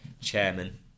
chairman